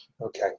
Okay